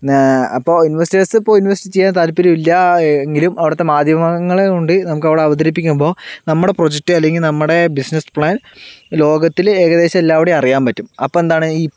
അപ്പൊൾ ഇൻവെസ്റ്റേഴ്സ് ഇപ്പൊൾ ഇൻവെസ്റ്റ് ചെയ്യാൻ താല്പര്യം ഇല്ലാ എങ്കിലും അവിടുത്തെ മാധ്യമങ്ങള് കൊണ്ട് നമുക്കവിടെ അവതരിപ്പിക്കുമ്പോൾ നമ്മുടെ പ്രോജക്ട് അല്ലെങ്കിൽ നമ്മടെ ബിസ്സിനെസ്സ് പ്ലാൻ ലോകത്തില് ഏകദേശം എല്ലാവിടെയും അറിയാൻ പറ്റും അപ്പെന്താണ് ഈ